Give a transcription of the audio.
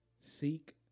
seek